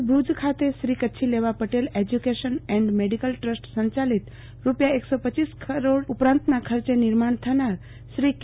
આજે ભુજ ખાતે Shri Kachchhi Leva Patel education and medical trust સંયાલિત જ્ઞ રપ કરોડ ઉપરાંતના ખર્ચે નિર્માણ થનાર શ્રી કે